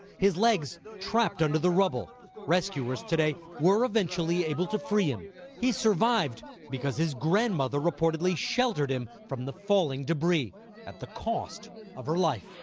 his legs trapped under the rubble rescuers today were eventually able to free him he survived because his grandmother reportedly sheltered him from the falling debris at the cost of her life